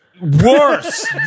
worse